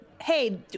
Hey